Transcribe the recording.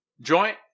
joint